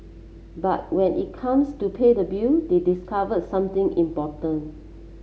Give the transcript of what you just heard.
but when it comes to pay the bill they discovered something important